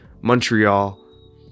Montreal